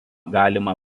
galima